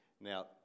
Now